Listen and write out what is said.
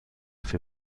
für